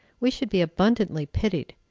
we should be abundantly pitied,